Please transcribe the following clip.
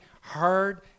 hard